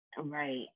Right